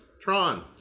Tron